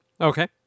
okay